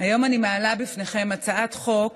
היום אני מעלה בפניכם הצעת חוק